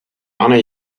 anna